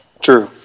true